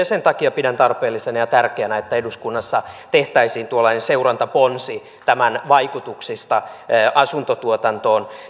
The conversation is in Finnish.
sen takia pidän tarpeellisena ja tärkeänä että eduskunnassa tehtäisiin tuollainen seurantaponsi tämän vaikutuksista asuntotuotantoon